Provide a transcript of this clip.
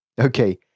Okay